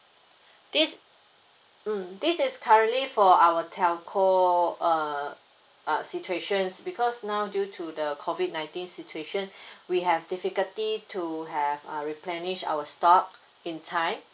this mm this is currently for our telco uh uh situations because now due to the COVID nineteen situation we have difficulty to have uh replenish our stock in time